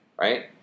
right